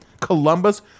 Columbus